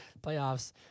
playoffs